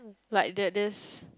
like that this